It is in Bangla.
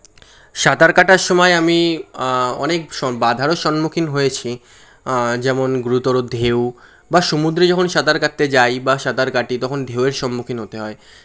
সাঁতার কাটার সময় আমি অনেক স বাধারও সন্মুখীন হয়েছি যেমন গুরুতর ঢেউ বা সমুদ্রে যখন সাঁতার কাটতে যাই বা সাঁতার কাটি তখন ঢেউয়ের সম্মুখীন হতে হয়